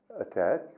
attack